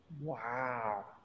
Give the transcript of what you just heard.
Wow